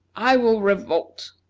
i will revolt.